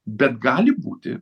bet gali būti